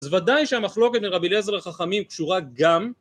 אז ודאי שהמחלוקת בין רבי לייזר לחכמים קשורה גם